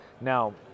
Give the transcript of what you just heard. now